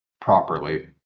properly